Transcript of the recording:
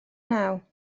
naw